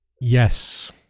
Yes